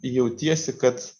jautiesi kad